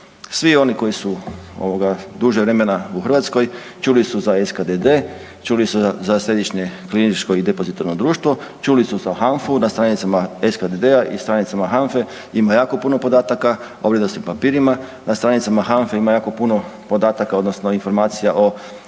Svi oni koji su duže vremena u Hrvatskoj čuli su za SKDD, čuli su za Središnje klirinško i depozitarno društvo, čuli su za HNFA na stranicama SDDD-a i na stranicama HANFA ima jako puno podataka o vrijednosnim papirima, na stranicama HANFA-e ima jako puno podataka odnosno informacija o